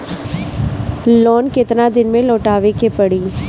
Loan केतना दिन में लौटावे के पड़ी?